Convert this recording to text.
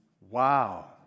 Wow